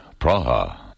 Praha